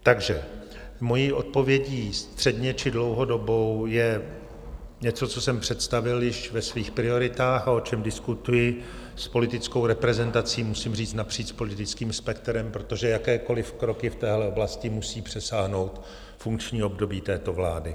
Takže mojí odpovědí středně či dlouhodobou je něco, co jsem představil již ve svých prioritách a o čem diskutuji s politickou reprezentací, musím říct napříč politickým spektrem, protože jakékoliv kroky v téhle oblasti musí přesáhnout funkční období této vlády.